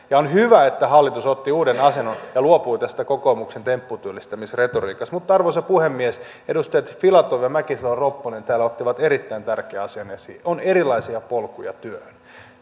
ja on hyvä että hallitus otti uuden asennon ja luopui tästä kokoomuksen tempputyöllistämisretoriikasta mutta arvoisa puhemies edustajat filatov ja mäkisalo ropponen täällä ottivat erittäin tärkeän asian esiin on erilaisia polkuja työhön